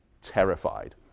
terrified